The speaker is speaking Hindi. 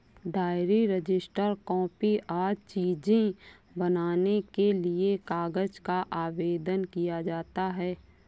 डायरी, रजिस्टर, कॉपी आदि चीजें बनाने के लिए कागज का आवेदन किया जाता है